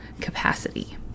capacity